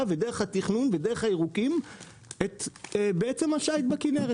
ודרך התכנון ודרך הירוקים את השיט בכנרת.